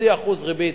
0.5% ריבית,